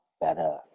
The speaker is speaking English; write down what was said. better